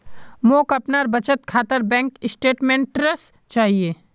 मोक अपनार बचत खातार बैंक स्टेटमेंट्स चाहिए